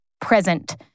present